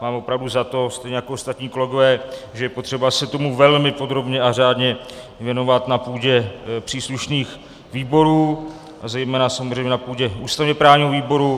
Máme opravdu za to stejně jako ostatní kolegové, že je potřeba se tomu velmi podrobně a řádně věnovat na půdě příslušných výborů, zejména samozřejmě na půdě ústavněprávního výboru.